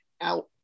out